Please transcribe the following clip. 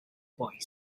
boy